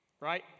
Right